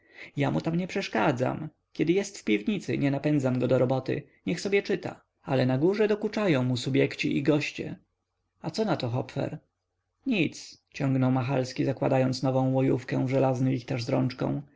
ja mu tam nie przeszkadzam kiedy jest w piwnicy nie napędzam go do roboty niech sobie czyta ale na górze dokuczają mu subjekci i goście a co na to hopfer nic ciągnął machalski zakładając nową łojówkę w żelazny lichtarz z rączką